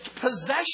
possession